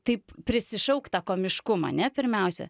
taip prisišaukt tą komiškumą ane pirmiausia